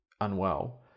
unwell